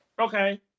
Okay